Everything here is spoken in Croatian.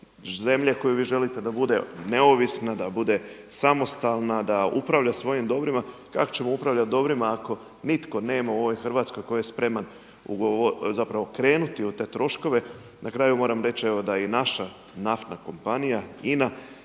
zemlje koju vi želite da bude neovisna, da bude samostalna, da upravlja svojim dobrim, kako ćemo upravljati dobrima ako nitko nema u ovoj Hrvatskoj tko je spreman krenuti u te troškove. Na kraju moram reći da i naša naftna kompanija INA